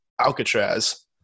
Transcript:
Alcatraz